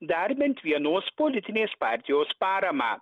dar bent vienos politinės partijos paramą